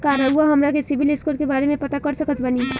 का रउआ हमरा के सिबिल स्कोर के बारे में बता सकत बानी?